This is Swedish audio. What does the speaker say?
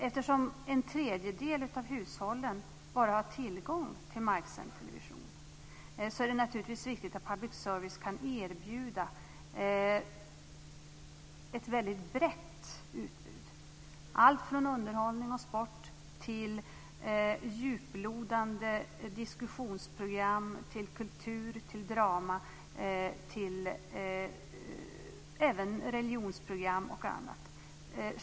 Eftersom en tredjedel av hushållen bara har tillgång till marksänd television är det naturligtvis viktigt att public service kan erbjuda ett väldigt brett utbud, alltifrån underhållning och sport till djuplodande diskussionsprogram, kultur, drama, religionsprogram och annat.